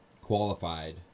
qualified